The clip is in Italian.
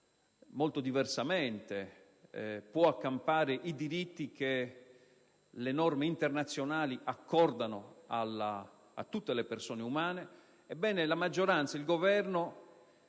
molto diversamente, può accampare i diritti che le norme internazionali accordano a tutte le persone umane. Ebbene, la maggioranza ed il Governo,